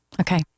Okay